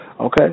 Okay